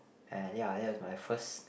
and ya that was my first